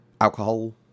alcohol